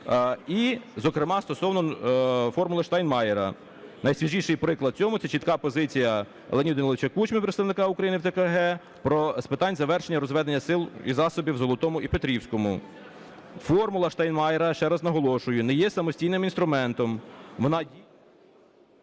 і зокрема стосовно "формули Штайнмайєра". Найсвіжіший приклад цьому – це чітка позиція Леоніда Даниловича Кучми, представника України в ТКГ з питань завершення розведення сил і засобів у Золотому і Петрівському. "Формула Штайнмайєра", ще раз наголошую, не є самостійним інструментом,